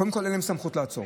קודם כול, אין להם סמכות לעצור.